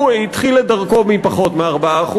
הוא התחיל את דרכו מפחות מ-4%,